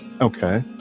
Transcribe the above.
okay